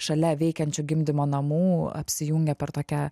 šalia veikiančio gimdymo namų apsijungę per tokią